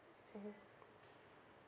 mm